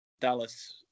Dallas